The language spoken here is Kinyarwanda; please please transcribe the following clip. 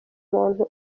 muntu